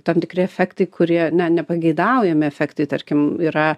tam tikri efektai kurie na nepageidaujami efektai tarkim yra